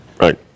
Right